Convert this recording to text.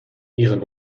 ihren